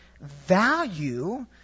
value